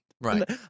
right